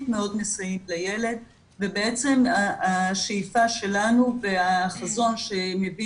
מאוד מסייעים לילד ובעצם השאיפה שלנו והחזון שמביא